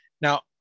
Now